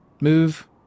move